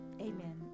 Amen